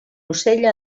ocell